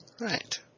Right